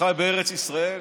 שחי בארץ ישראל?